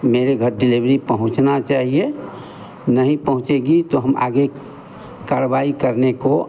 मेरे घर डिलेवरी पहुँचना चाहिए नहीं पहुँचेगी तो हम आगे कारवाई करने को